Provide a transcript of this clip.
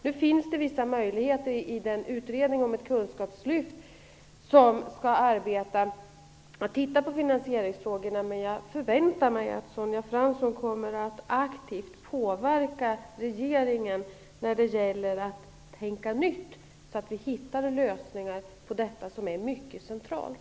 Det finns nu vissa möjligheter i den utredning om ett kunskapslyft vilken skall studera finansieringsfrågorna. Jag förväntar mig att Sonja Fransson aktivt kommer att påverka regeringen när det gäller att tänka nytt, så att vi kommer fram till lösningar på detta, som är mycket centralt.